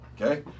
Okay